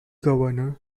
governor